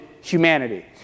humanity